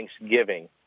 Thanksgiving